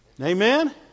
Amen